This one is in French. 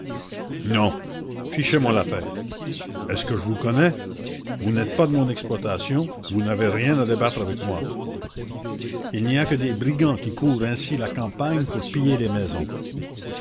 non fichez-moi la paix est-ce que je vous connais vous n'êtes pas de mon exploitation vous n'avez rien à débattre avec moi il n'y a que des brigands qui courent ainsi la campagne pour piller les maisons